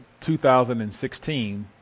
2016